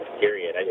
period